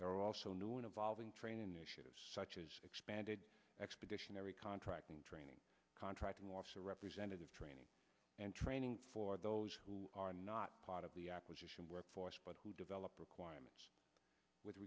are also new and involving training issues such as expanded expeditionary contracting training contracting officer representative training and training for those who are not part of the acquisition workforce but who develop requirements with